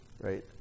right